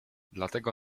dlatego